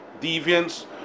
deviance